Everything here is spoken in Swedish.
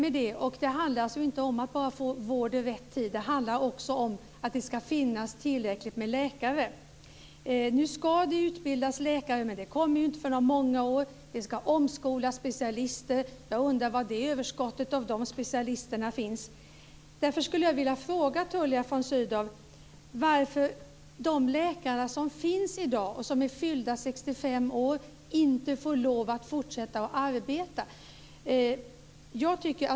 Det handlar inte bara om att få vård i rätt tid. Det handlar också om att det ska finnas tillräckligt med läkare. Nu ska det utbildas läkare, men de är ju inte färdiga förrän om många år. Specialister ska omskolas. Jag undrar var detta överskott av specialister finns. Därför skulle jag vilja fråga Tullia von Sydow varför de läkare som i dag finns och som är fyllda 65 år inte får lov att fortsätta att arbeta.